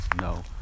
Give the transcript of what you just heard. No